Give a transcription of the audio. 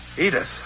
Edith